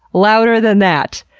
louder than that!